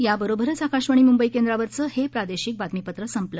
याबरोबरच आकाशवाणी मुंबई केंद्रावरचं हे प्रादेशिक बातमीपत्र संपलं